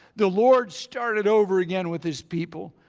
the lord started over again with his people.